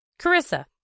Carissa